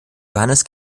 johannes